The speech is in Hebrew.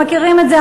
אתם מכירים את זה.